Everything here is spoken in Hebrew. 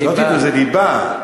ליבה, ליבה.